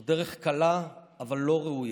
זאת דרך קלה אבל לא ראויה.